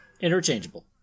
Interchangeable